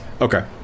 Okay